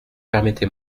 permettez